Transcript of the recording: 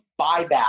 buyback